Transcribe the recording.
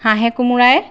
হাঁহে কোমোৰাই